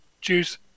juice